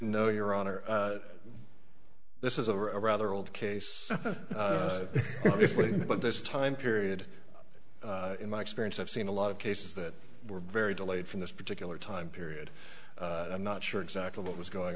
know your honor this is a rather old case but this time period in my experience i've seen a lot of cases that were very delayed from this particular time period i'm not sure exactly what was going